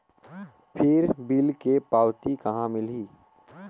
फिर बिल के पावती कहा मिलही?